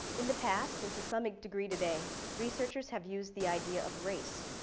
in the past, and to some degree today, researchers have used the idea of race,